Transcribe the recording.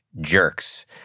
jerks